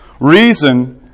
Reason